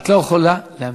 את לא יכולה להמשיך.